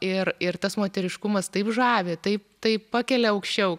ir ir tas moteriškumas taip žavi taip taip pakelia aukščiau